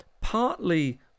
partly